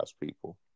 people